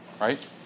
right